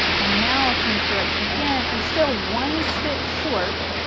and now i'll change direction. again, i'm still one stitch short,